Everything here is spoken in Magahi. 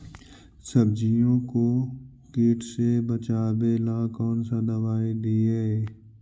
सब्जियों को किट से बचाबेला कौन सा दबाई दीए?